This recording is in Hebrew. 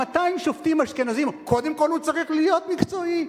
200 שופטים אשכנזים: קודם כול הוא צריך להיות מקצועי.